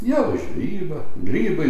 jau į žvejybą grybai